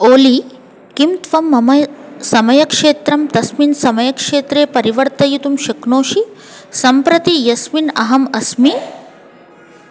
ओली किं त्वं मम समयक्षेत्रं तस्मिन् समयक्षेत्रे परिवर्तयितुं शक्नोषि सम्प्रति यस्मिन् अहम् अस्मि